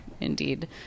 Indeed